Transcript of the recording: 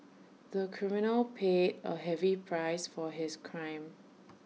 the criminal paid A heavy price for his crime